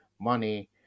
money